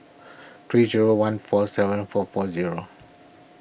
three zero one four seven four four zero